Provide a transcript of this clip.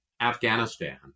Afghanistan